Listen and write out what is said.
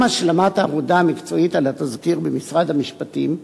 עם השלמת העבודה המקצועית על התזכיר במשרד המשפטים,